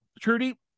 Trudy